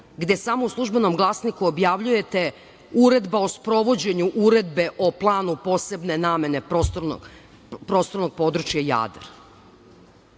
gde samo u „Službenom glasniku“ objavljujete – uredba o sprovođenju uredbe o planu posebne namene prostornog područja Jadar.